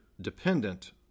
dependent